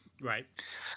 Right